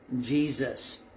Jesus